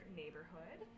neighborhood